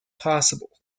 possible